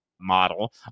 Model